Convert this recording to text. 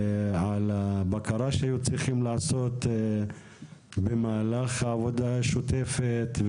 על הבקרה שהיו צריכים לעשות במהלך העבודה השוטפת,